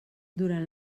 durant